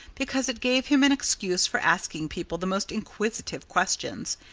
because it gave him an excuse for asking people the most inquisitive questions.